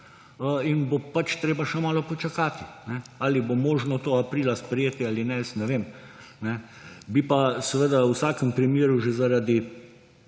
in bo pač treba še malo počakati. Ali bo možno to aprila sprejeti ali ne, ne vem, bi pa seveda v vsakem primeru že zaradi